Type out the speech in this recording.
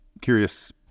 Curious